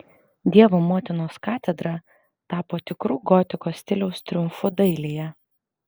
dievo motinos katedra tapo tikru gotikos stiliaus triumfu dailėje